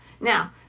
now